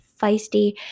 feisty